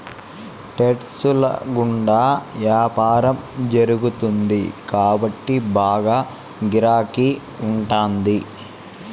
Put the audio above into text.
trades ల గుండా యాపారం జరుగుతుంది కాబట్టి బాగా గిరాకీ ఉంటాది